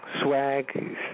Swag